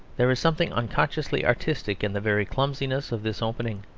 there is something unconsciously artistic in the very clumsiness of this opening.